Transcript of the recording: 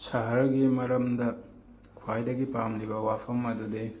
ꯁꯍꯔꯒꯤ ꯃꯔꯝꯗ ꯈ꯭ꯋꯥꯏꯗꯒꯤ ꯄꯥꯝꯂꯤꯕ ꯋꯥꯐꯝ ꯑꯗꯨꯗꯤ